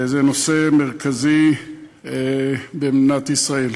זה נושא מרכזי במדינת ישראל.